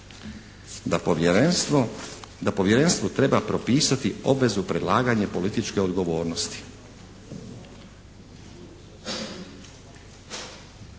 da Povjerenstvu treba propisati obvezu predlaganja političke odgovornosti.